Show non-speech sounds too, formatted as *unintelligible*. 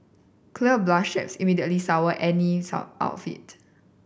clear bra straps immediately sour any *unintelligible* outfit